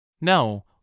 No